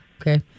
okay